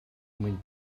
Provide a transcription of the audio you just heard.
mwyn